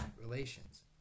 relations